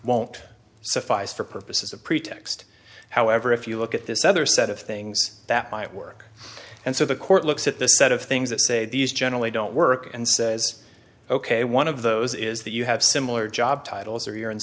won't suffice for purposes of pretext however if you look at this other set of things that might work and so the court looks at the set of things that say these generally don't work and says ok one of those is that you have similar job titles or you're in